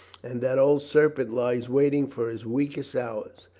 and that old serpent lies waiting for his weakest hours,